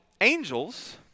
Angels